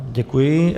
Děkuji.